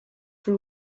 for